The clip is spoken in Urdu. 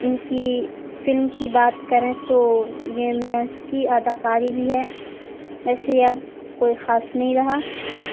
ان کی فلم کی بات کریں تو یہ میں اس کی اداکاری بھی ہے ویسے اب کوئی خاص نہیں رہا